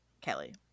Kelly